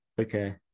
Okay